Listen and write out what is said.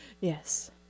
Yes